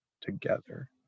together